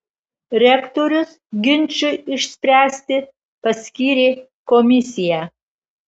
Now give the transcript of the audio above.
rektorius ginčui išspręsti paskyrė komisiją